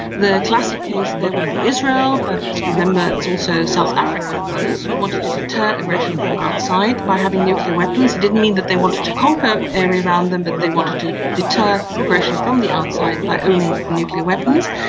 the classic case there would be israel, but remember it's also south africa and others who wanted to deter aggression from outside by having nuclear weapons. it didn't mean that they wanted to conquer the area around them but they wanted to deter aggression from the outside by owning nuclear weapons.